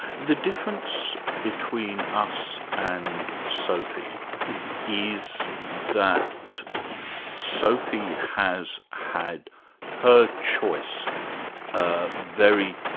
the difference between us and sophie is that sophie has had her choice ah very